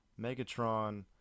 Megatron